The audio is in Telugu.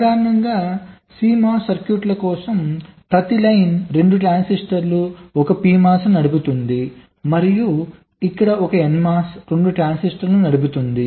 సాధారణంగా CMOS సర్క్యూట్ కోసం ప్రతి లైన్ 2 ట్రాన్సిస్టర్లు 1 PMOS ను నడుపుతుంది మరియు ఇక్కడ 1 NMOS 2 ట్రాన్సిస్టర్లను నడుపుతుంది